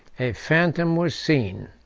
a phantom was seen,